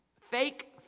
fake